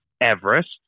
Everest